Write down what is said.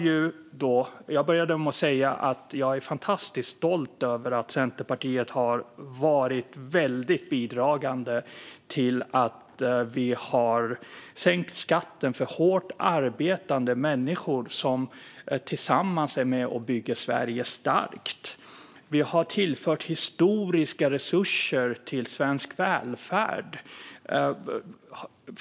Som jag sa är jag fantastiskt stolt över att Centerpartiet har bidragit stort till att skatten har sänkts för de hårt arbetande människor som är med och bygger Sverige starkt. Vi har tillfört historiskt stora resurser till svensk välfärd.